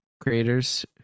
creators